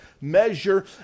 measure